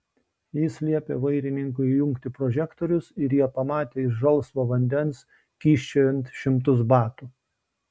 jis liepė vairininkui įjungti prožektorius ir jie pamatė iš žalsvo vandens kyščiojant šimtus batų